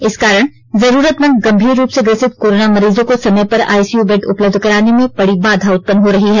इस कारण जरूरतमंद गंभीर रूप से ग्रसित कोरोना मरीजों को समय पर आईसीयू बेड उपलब्ध कराने में बड़ी बाधा उत्पन्न हो रही है